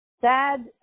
sad